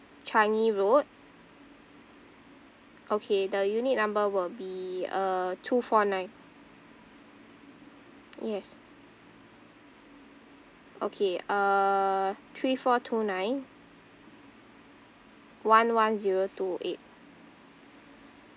changi road okay the unit number will be uh two four nine yes okay uh three four two nine one one zero two eight